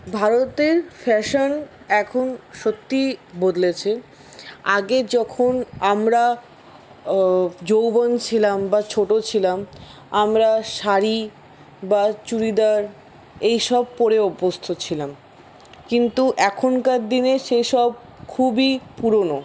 ভারতের ফ্যাশন এখন সত্যি বদলেছে আগে যখন আমরা যৌবন ছিলাম বা ছোটো ছিলাম আমরা শাড়ি বা চুড়িদার এই সব পরে অভ্যস্ত ছিলাম কিন্তু এখনকার দিনে সেই সব খুবই পুরনো